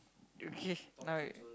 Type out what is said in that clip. okay now you